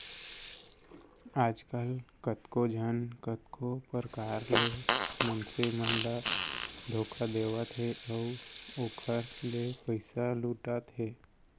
आजकल कतको झन कतको परकार ले मनसे मन ल धोखा देवत हे अउ ओखर ले पइसा लुटत हे